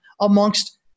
amongst